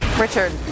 Richard